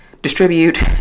distribute